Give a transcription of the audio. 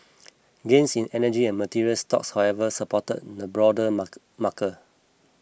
gains in energy and materials stocks however supported the broader marker